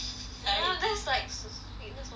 no that's like s~ sweetness and long very